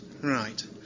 Right